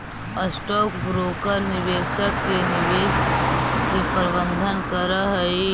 stock broker निवेशक के निवेश के प्रबंधन करऽ हई